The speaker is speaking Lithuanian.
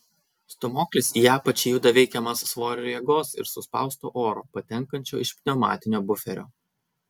stūmoklis į apačią juda veikiamas svorio jėgos ir suspausto oro patenkančio iš pneumatinio buferio